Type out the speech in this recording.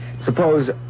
Suppose